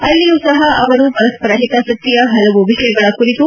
ಅಲ್ಲಿಯೂ ಸಹ ಅವರು ಪರಸ್ಪರ ಹಿತಾಸಕ್ತಿಯ ಹಲವು ವಿಷಯಗಳ ಕುರಿತು